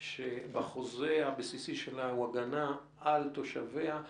שהחוזה הבסיסי שלה הוא הגנה על תושביה,